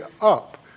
up